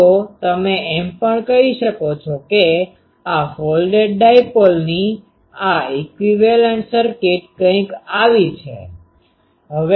તો તમે એમ પણ કહી શકો છો કે આ ફોલ્ડેડ ડાઈપોલની આ ઇક્વીવેલેન્ટ સર્કિટ કંઈક આવી છે